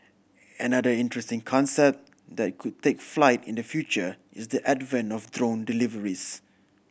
another interesting concept that could take flight in the future is the advent of drone deliveries